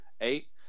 Eight